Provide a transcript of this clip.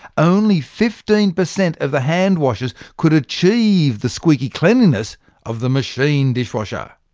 only fifteen percent of the hand-washers could achieve the squeaky-cleanliness of the machine dishwasher.